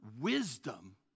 wisdom